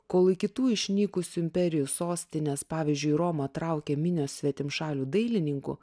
kol į kitų išnykusių imperijų sostinės pavyzdžiui romą traukė minios svetimšalių dailininkų